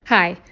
hi.